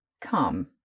Come